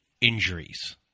injuries